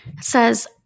says